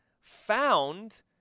found